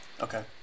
Okay